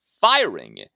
firing